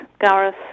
Gareth